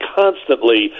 constantly